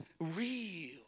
real